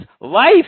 life